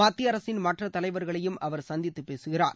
மத்திய அரசின் மற்ற தலைவர்களையும் அவர் சந்தித்து பேசுகிறார்